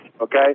okay